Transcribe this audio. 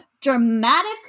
Dramatic